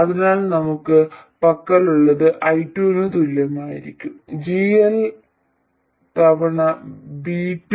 അതിനാൽ നമ്മുടെ പക്കലുള്ളത് i2 ന് തുല്യമായിരിക്കും GL തവണ V2